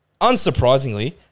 unsurprisingly